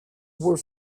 were